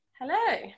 Hello